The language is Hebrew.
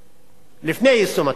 לפני יישום התוכנית,